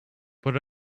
but